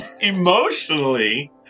Emotionally